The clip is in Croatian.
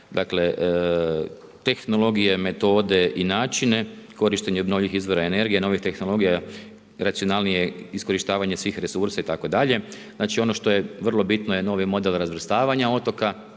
dakle tehnologije, metode i načine, korištenje obnovljivih izvora energije, novih tehnologija, racionalnije iskorištavanje svih resursa itd.. Znači ono to je vrlo bitno je novi model razvrstavanja otoka.